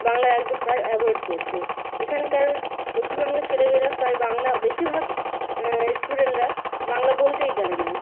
বাংলা একদম প্রায় অ্যাভয়েড করছে এখানকার পশ্চিমবঙ্গের ছেলেমেয়েরা প্রায় বাংলা বেশিভাগ স্টুডেন্টরা বাংলা বলতেই জানে না